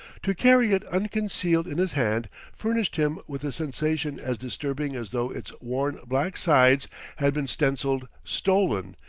to carry it unconcealed in his hand furnished him with a sensation as disturbing as though its worn black sides had been stenciled stolen!